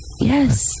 Yes